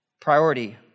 priority